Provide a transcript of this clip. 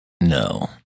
No